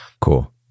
cool